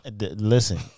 Listen